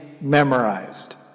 memorized